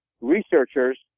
researchers